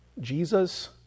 Jesus